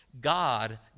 god